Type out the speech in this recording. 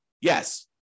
Yes